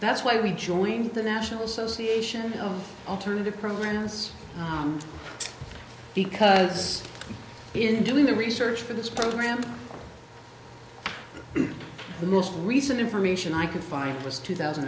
that's why we joined the national association of alternative programs because in doing the research for this program the most recent information i could find was two thousand